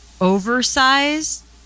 oversized